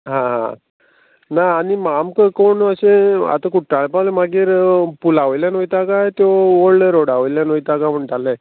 हा हा आनी आमकां कोण अशें आतां कुट्टाळे पावले मागीर पुला वयल्यान वयता काय त्यो ओल्ड रोडा वयल्यान वयता काय म्हणटाले